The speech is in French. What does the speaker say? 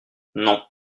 non